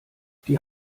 die